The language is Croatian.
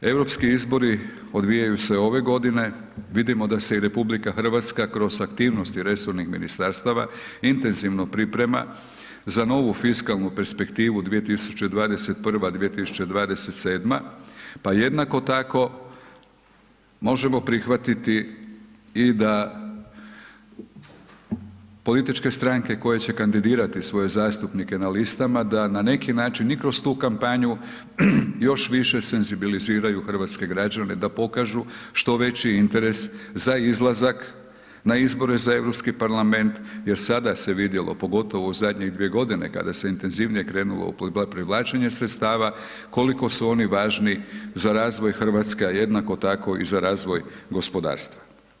Europski izbori odvijaju se ove godine, vidimo da se i RH kroz aktivnosti resornih ministarstava intenzivno priprema za novu fiskalnu perspektivu 2021.-2027. pa jednako tako možemo prihvatiti i da političke stranke koje će kandidirati svoje zastupnike na listama da na neki način i kroz tu kampanju još više senzibiliziraju hrvatske građane da pokažu što veći interes za izlazak na izbore za Europski parlament, jer sada se vidjelo pogotovo u zadnjih 2 godine kada se intenzivnije krenulo u privlačenje sredstava koliko su oni važni za razvoj Hrvatske, a jednako tako i za razvoj gospodarstva.